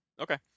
Okay